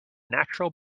natural